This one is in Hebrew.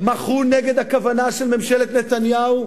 מחו נגד הכוונה של ממשלת נתניהו,